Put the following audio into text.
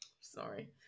Sorry